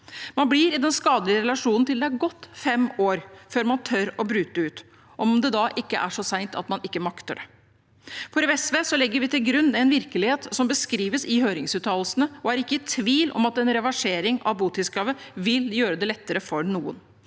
Man blir i den skadelige relasjonen til det er gått fem år, før man tør å bryte ut – om det da ikke er så sent at man ikke makter det. I SV legger vi til grunn en virkelighet som beskrives i høringsuttalelsene, og vi er ikke i tvil om at en reversering av botidskravet vil gjøre det lettere for noen.